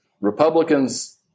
Republicans